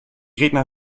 redner